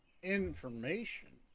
information